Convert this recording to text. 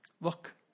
look